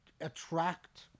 attract